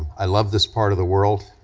i love this part of the world,